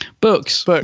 Books